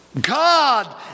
God